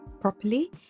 properly